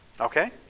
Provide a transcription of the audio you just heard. Okay